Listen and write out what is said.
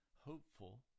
hopeful